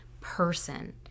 person